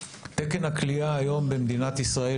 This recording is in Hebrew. תקן הכליאה היום במדינת ישראל,